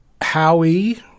Howie